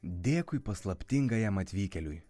dėkui paslaptingajam atvykėliui